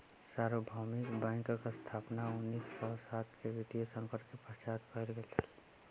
सार्वभौमिक बैंकक स्थापना उन्नीस सौ सात के वित्तीय संकट के पश्चात कयल गेल छल